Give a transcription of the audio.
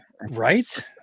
right